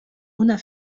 una